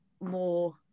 more